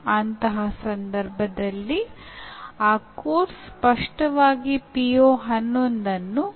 ಅಂತಹ ಅನೇಕ ಚಟುವಟಿಕೆಗಳಿವೆ ಅದನ್ನು ವಿದ್ಯಾರ್ಥಿಯು ಎಷ್ಟರ ಮಟ್ಟಿಗೆ ಕಲಿತಿದ್ದಾನೆ ಎಂಬುದನ್ನು ಅಳೆಯಲು ಬಳಸಬಹುದು